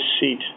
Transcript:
seat